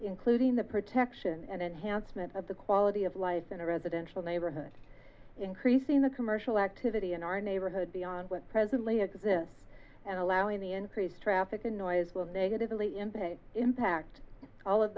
including the protection and enhancement of the quality of life in a residential neighborhood increasing the commercial activity in our neighborhood beyond what presently exists and allowing the increased traffic noise will negatively impact impact all of